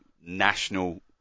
national